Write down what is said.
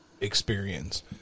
experience